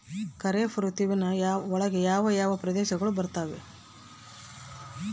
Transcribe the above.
ಖಾರೇಫ್ ಋತುವಿನ ಒಳಗೆ ಯಾವ ಯಾವ ಪ್ರದೇಶಗಳು ಬರ್ತಾವ?